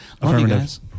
Affirmative